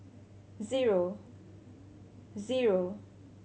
zero